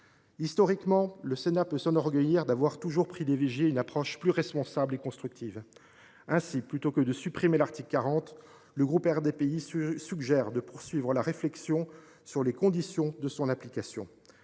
Historiquement, le Sénat peut s’enorgueillir d’avoir toujours privilégié une approche plus responsable et constructive. Ainsi, plutôt que de supprimer l’article 40, le groupe RDPI suggère de poursuivre la réflexion sur les conditions de son application.